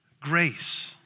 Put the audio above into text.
grace